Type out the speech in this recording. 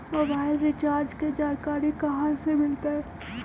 Mobile recharge के जानकारी कहा से मिलतै?